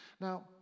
Now